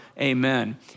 Amen